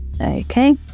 okay